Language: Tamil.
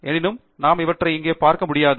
எனினும் நாம் அவற்றை இங்கே பார்க்க முடியாது